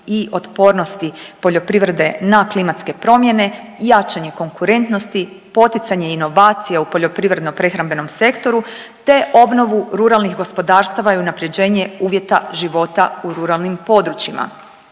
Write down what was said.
i otpornosti poljoprivrede na klimatske promjene, jačanje konkurentnosti, poticanje inovacija u poljoprivredno-prehrambenom sektoru te obnovu ruralnih gospodarstava i unaprjeđenje uvjeta života u ruralnim područjima.